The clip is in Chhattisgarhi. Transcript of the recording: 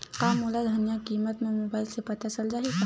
का मोला धनिया किमत ह मुबाइल से पता चल जाही का?